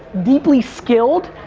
deeply skilled,